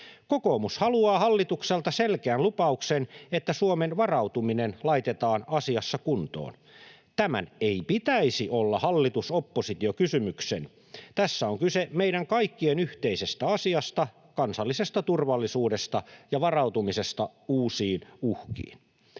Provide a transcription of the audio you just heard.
Kokoomus haluaa hallitukselta selkeän lupauksen, että Suomen varautuminen laitetaan asiassa kuntoon. Tämän ei pitäisi olla hallitus—oppositio-kysymys. Tässä on kyse meidän kaikkien yhteisestä asiasta: kansallisesta turvallisuudesta ja varautumisesta uusiin uhkiin.